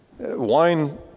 Wine